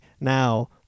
now